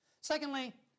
Secondly